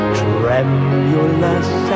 tremulous